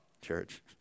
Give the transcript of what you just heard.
church